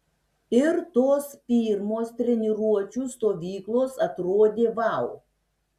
ir tos pirmos treniruočių stovyklos atrodė vau